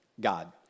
God